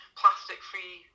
plastic-free